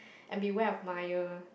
and beware of mire